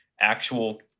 actual